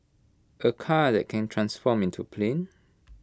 A car that can transform into A plane